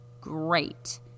great